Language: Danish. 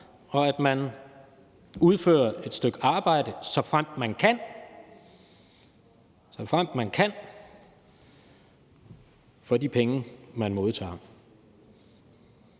og at man udfører et stykke arbejde, såfremt man kan – såfremt man kan – for de penge, man modtager.